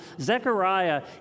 Zechariah